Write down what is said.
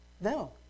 no